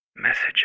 Messages